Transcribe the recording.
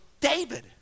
David